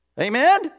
Amen